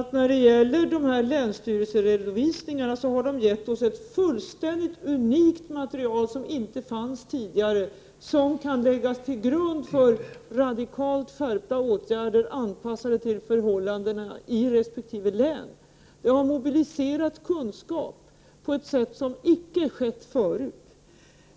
och främst har länsstyrelsernas redovisningar givit oss ett fullständigt unikt material, som inte fanns tidigare och som kan läggas till grund för radikalt skärpta åtgärder, anpassade till förhållandena i resp. län. Man har mobiliserat kunskaper på ett sätt som inte har skett tidigare.